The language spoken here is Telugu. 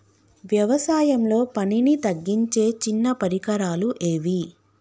వ్యవసాయంలో పనిని తగ్గించే చిన్న పరికరాలు ఏవి?